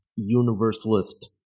Universalist